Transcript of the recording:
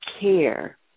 care